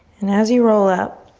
and as you roll up,